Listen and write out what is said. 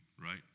Right